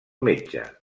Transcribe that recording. metge